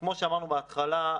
כמו שאמרנו בהתחלה,